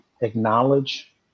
acknowledge